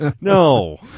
no